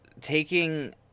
taking